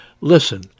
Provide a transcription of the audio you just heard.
Listen